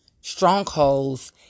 strongholds